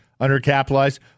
undercapitalized